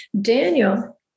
Daniel